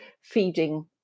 feeding